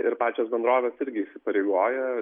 ir pačios bendrovės irgi įsipareigojo